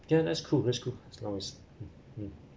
ya that's cool that's cool as long as mm